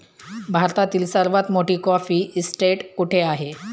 भारतातील सर्वात मोठी कॉफी इस्टेट कुठे आहे?